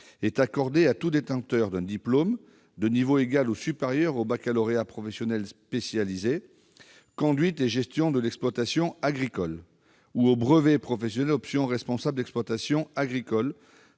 est accordée à tout détenteur d'un diplôme de niveau égal ou supérieur au baccalauréat professionnel option « conduite et gestion de l'exploitation agricole » ou au brevet professionnel option « responsable d'exploitation agricole